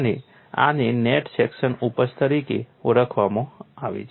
અને આને net section ઉપજ તરીકે ઓળખવામાં આવે છે